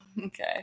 Okay